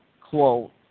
quote